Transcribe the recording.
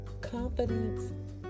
confidence